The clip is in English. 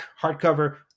hardcover